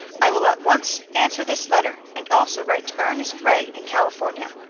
i will at once answer this letter, and also write to ernest ray in california.